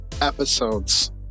episodes